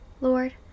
Lord